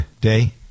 day